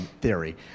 Theory